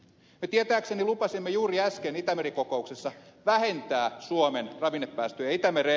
me tietääkseni lupasimme juuri äsken itämeri kokouksessa vähentää suomen ravinnepäästöjä itämereen